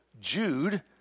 Jude